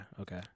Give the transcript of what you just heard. okay